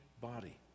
body